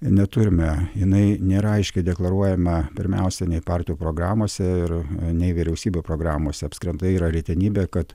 neturime jinai nėra aiškiai deklaruojama pirmiausia nei partijų programose ir nei vyriausybių programose apskritai yra retenybė kad